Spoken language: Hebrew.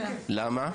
למה?